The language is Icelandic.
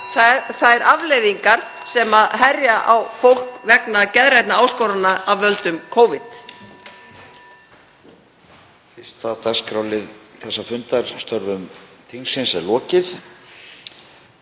þær afleiðingar sem herja á fólk vegna geðrænna áskorana af völdum Covid.